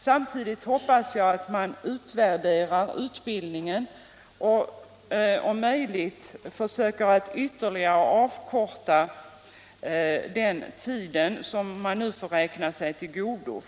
Samtidigt hoppas jag att man utvärderar utbildningen och om möjligt försöker ytterligare förkorta den tid som får räknas till godo.